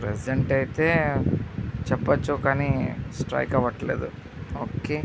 present అయితే చెప్పొచ్చు కానీ స్ట్రైక్ అవ్వట్లేదు ఓకే